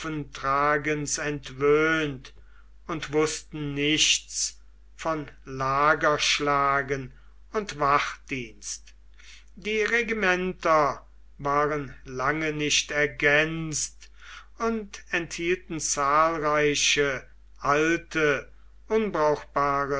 entwöhnt und wußten nichts von lagerschlagen und wachdienst die regimenter waren lange nicht ergänzt und enthielten zahlreiche alte unbrauchbare